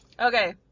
Okay